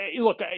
look